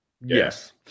Yes